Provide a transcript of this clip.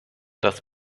das